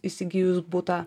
įsigijus butą